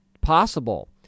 possible